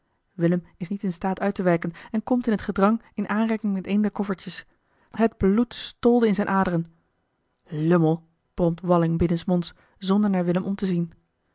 willem is niet in staat uit te wijken en komt in het gedrang in aanraking met een der koffertjes het bloed stolde in zijne aderen lummel bromt walling binnensmonds zonder naar willem om te zien